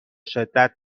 شدت